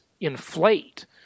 inflate